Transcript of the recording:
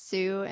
Sue